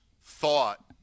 thought